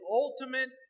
ultimate